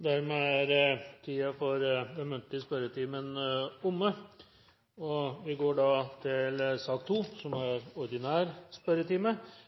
Dermed er den muntlige spørretimen omme, og vi går over til den ordinære spørretimen. Det blir noen endringer i den oppsatte spørsmålslisten, og presidenten viser i den sammenheng til den oversikten som er